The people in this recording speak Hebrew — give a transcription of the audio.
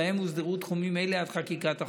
ובהם הוסדרו תחומים אלה עד חקיקת החוק.